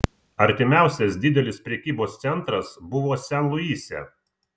artimiausias didelis prekybos centras buvo sen luise